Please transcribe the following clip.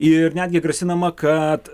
ir netgi grasinama kad